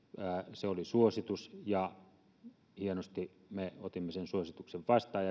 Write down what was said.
se oli suositus ja hienosti me otimme sen suosituksen vastaan